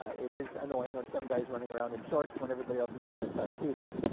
ah it is annoying when some guy's running around in shorts when everybody else is in a tuxedo,